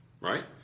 right